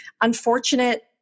unfortunate